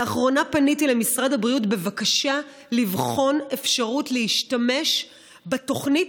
לאחרונה פניתי למשרד הבריאות בבקשה לבחון אפשרות להשתמש בתוכנית